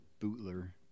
Bootler